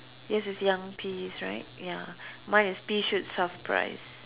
yours is young peas right ya mine is pea shoots half price